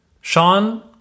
Sean